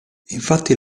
infatti